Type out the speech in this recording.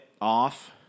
off